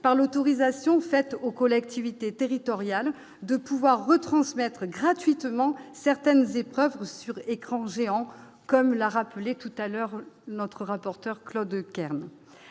par l'autorisation faite aux collectivités territoriales de pouvoir retransmettre gratuitement certaines épreuves sur écrans géants, comme l'a rappelé tout à l'heure notre rapporteur Claude Kern,